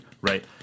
right